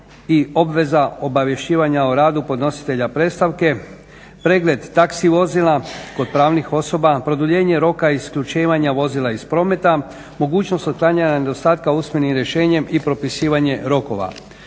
i obveza obavješćivanja o radu podnositelja predstavke, pregled taxi vozila kod pravnih osoba, produljenje roka isključivanja vozila iz prometa, mogućnost otklanjanja nedostatka usmenim rješenjem i propisivanje rokova.